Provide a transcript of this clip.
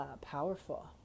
powerful